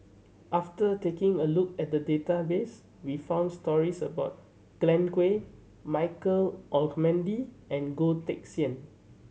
after taking a look at the database we found stories about Glen Goei Michael Olcomendy and Goh Teck Sian